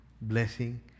blessing